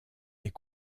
est